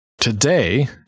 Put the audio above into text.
today